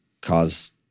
cause